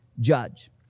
judge